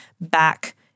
back